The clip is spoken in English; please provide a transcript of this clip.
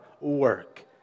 work